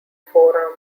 forearm